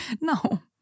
No